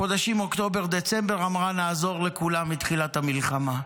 בחודשים אוקטובר-דצמבר היא אמרה: נעזור לכולם מתחילת המלחמה.